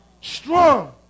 Strong